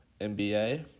NBA